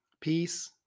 Peace